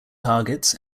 targets